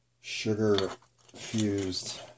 sugar-fused